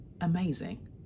amazing